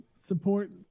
support